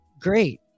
Great